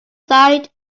sight